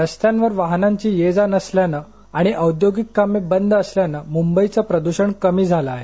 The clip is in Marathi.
रस्त्यांवर वाहनांची ये जा नसल्यानं आणि औद्योगिक कामे बंद असल्यानं मुंबईचं प्रदूषण कमी झालं आहे